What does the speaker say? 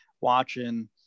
watching